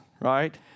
right